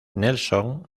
nelson